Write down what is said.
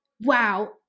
wow